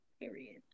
Period